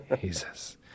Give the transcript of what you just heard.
Jesus